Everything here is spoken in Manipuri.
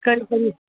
ꯀꯔꯤ ꯀꯔꯤ